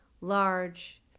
large